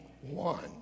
one